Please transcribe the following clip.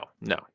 no